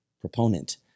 proponent